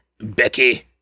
Becky